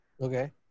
Okay